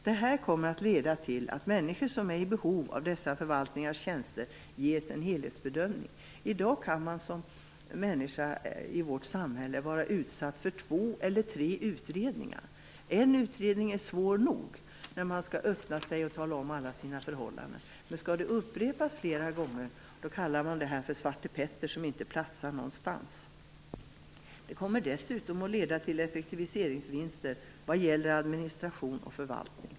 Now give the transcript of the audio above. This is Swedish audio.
Detta kommer att leda till att människor som är i behov av dessa förvaltningars tjänster ges ett helhetsbemötande. I dag kan en människa vara utsatt för två eller tre utredningar. En utredning är svår nog när man skall tala om sina förhållanden. Skall det upprepas flera gånger kallas man Svarte Petter som inte platsar någonstans. Den organisationern kommer dessutom att leda till effektiviseringsvinster vad gäller administration och förvaltning.